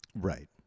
Right